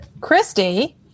Christy